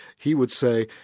he would say,